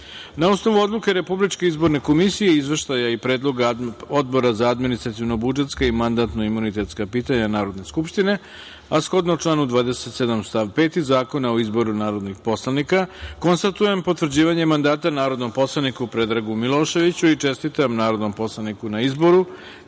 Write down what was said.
osnovu Odluke Republičke izborne komisije i Izveštaja i predloga Odbora za administrativna-budžetska i mandatno-imunitetska pitanja Narodne skupštine, a shodno članu 27. stav 5. Zakona o izboru narodnih poslanika, konstatujem potvrđivanje mandata narodnom poslaniku Predragu Miloševiću. Čestitam narodnom poslaniku na izboru